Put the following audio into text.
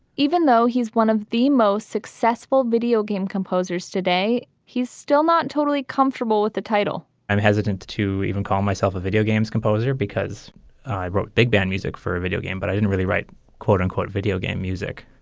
even though he's one of the most successful videogame composers today, he's still not totally comfortable with the title i'm hesitant to even call myself a video games composer because i wrote big band music for a videogame, but i didn't really write quote unquote videogame music.